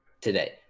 today